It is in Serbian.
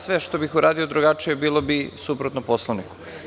Sve što bih drugačije uradio bilo bi suprotno Poslovniku.